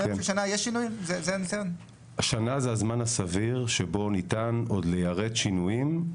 שנה זה הזמן הסביר שבו ניתן עוד ליירט שינויים,